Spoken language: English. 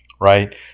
right